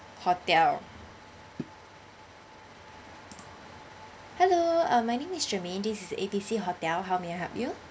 hotel hello uh my name is germane this A_B_C hotel how may I help you